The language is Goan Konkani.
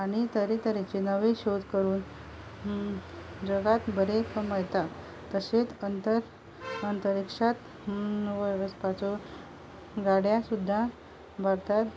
आनी तरेतरेचे नवे शोध करून जगाक बरे कमयता तशें अंतर अंतरक्षांत वचपाचो व्हड्या सुद्दां व्हरतात